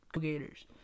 Gators